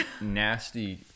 nasty